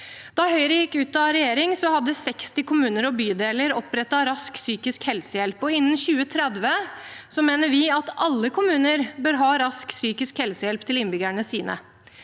Da Høyre gikk ut av regjering, hadde 60 kommuner og bydeler opprettet rask psykisk helsehjelp, og innen 2030 mener vi at alle kommuner bør ha rask psykisk helsehjelp til innbyggerne sine.